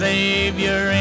Savior